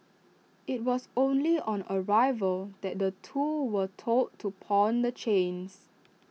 IT was only on arrival that the two were told to pawn the chains